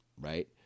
right